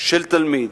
של תלמיד,